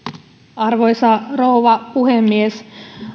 arvoisa rouva puhemies